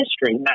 history